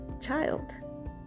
Child